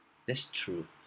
that's true